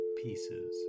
pieces